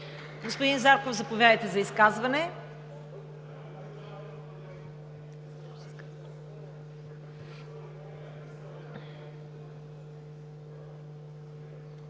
Господин Зарков, заповядайте за изказване.